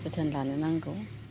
जोथोन लानो नांगौ